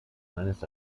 meines